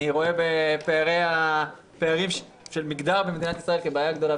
אני רואה בפערים של מגדר במדינת ישראל בעיה גדולה,